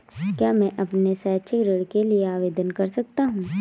क्या मैं अपने शैक्षिक ऋण के लिए आवेदन कर सकता हूँ?